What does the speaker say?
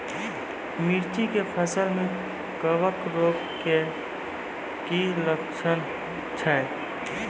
मिर्ची के फसल मे कवक रोग के की लक्छण छै?